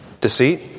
Deceit